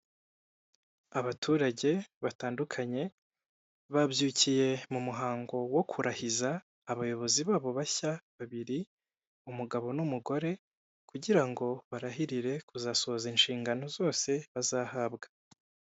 Abantu bahagaze harimo uwambaye ikote rifite ibara ry'umukara n'ipantaro yumukara ishati yu'mweru ikanzu ifite ibara y'umukara ndetse n'ikote rifite ibara ry'ubururu ishati y'ubururu n'ipantaro ifite ibara ry'ivu bafite urupapuro ruriho amagambo agiye atandukanye yandikishijwe ibara ry'umweru ndetse n'ubururu.